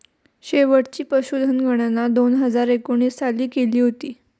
शेवटची पशुधन गणना दोन हजार एकोणीस साली केली होती